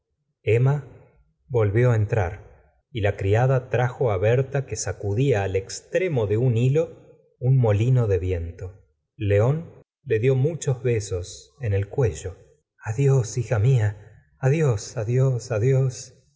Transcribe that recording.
emma volvió al entrar y la criada trajo berta que sacudía al extremo de un hilo un moli plert rela señora de bovary no de viento león le dió muchos besos en el cuello adiós hija mía adiós adiós adiós